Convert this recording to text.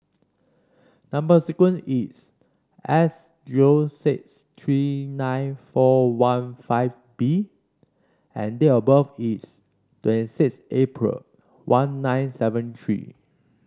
number sequence is S zero six three nine four one five B and date of birth is twenty sixth April one nine seven three